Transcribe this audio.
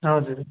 हजुर